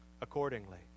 accordingly